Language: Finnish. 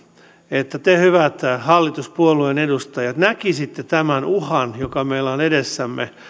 että te hyvät hallituspuolueen edustajat näkisitte tämän uhan joka meillä on edessämme